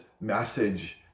message